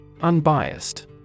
Unbiased